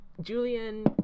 Julian